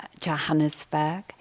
Johannesburg